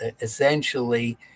essentially